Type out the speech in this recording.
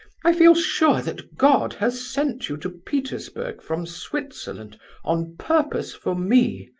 i feel sure that god has sent you to petersburg from switzerland on purpose for me.